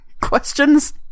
Questions